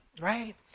right